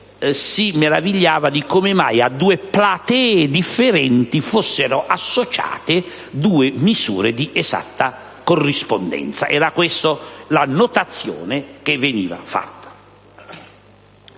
si meravigliava del fatto che a due platee differenti fossero associate misure di esatta corrispondenza. Questa era l'annotazione che veniva fatta.